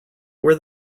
where